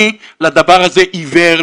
אני לדבר הזה עיוור,